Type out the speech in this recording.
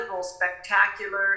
spectacular